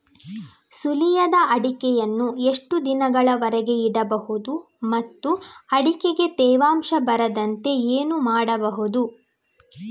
ಸುಲಿಯದ ಅಡಿಕೆಯನ್ನು ಎಷ್ಟು ದಿನಗಳವರೆಗೆ ಇಡಬಹುದು ಮತ್ತು ಅಡಿಕೆಗೆ ತೇವಾಂಶ ಬರದಂತೆ ಏನು ಮಾಡಬಹುದು?